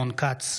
רון כץ,